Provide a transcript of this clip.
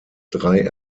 drei